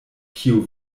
kiu